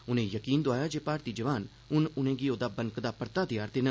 उनें यकीन दौआया जे भारतीय जवान ह्न उनें गी ओहदा बनकदा परता देआ रदे न